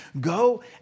Go